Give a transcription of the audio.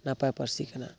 ᱱᱟᱯᱟᱭ ᱯᱟᱹᱨᱥᱤ ᱠᱟᱱᱟ